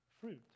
fruit